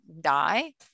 die